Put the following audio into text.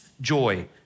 joy